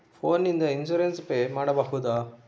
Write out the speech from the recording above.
Phone ನಿಂದ insurance pay ಮಾಡಬಹುದ?